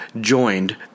joined